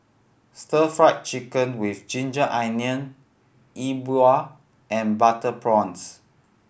Stir Fried Chicken with ginger onion Yi Bua and butter prawns